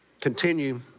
continue